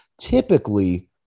typically